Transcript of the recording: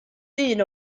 dyn